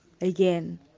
again